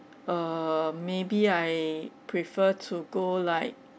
err maybe I prefer to go like